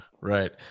right